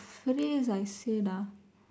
freeze I said ah